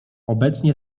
obecnie